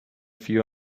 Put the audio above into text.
few